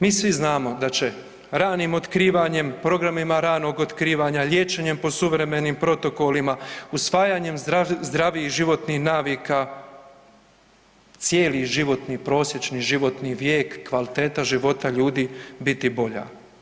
Mi svi znamo da će ranim otkrivanjem, programima ranog otkrivanja, liječenjem po suvremenim protokolima, usvajanjem zdravijih životnih navika, cijeli životni, prosječni životni vijek, kvaliteta života ljudi biti bolja.